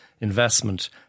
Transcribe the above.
investment